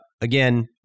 Again